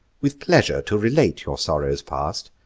with pleasure to relate your sorrows past,